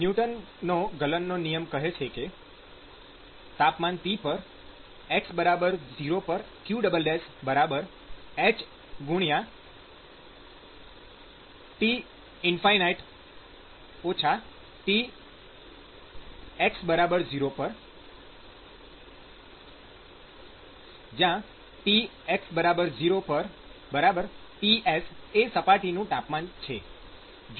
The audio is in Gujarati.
ન્યુટનનો ગલનનો નિયમ કહે છે કે q'x0 hT ͚ Tx 0 ૧ જ્યાં Tx0Ts એ સપાટીનું તાપમાન છે